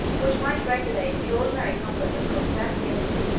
which might regulate the ordinary conduct of constantius,